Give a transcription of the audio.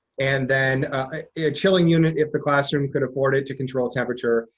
and then a a chilling unit if the classroom could afford it to control temperature.